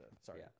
Sorry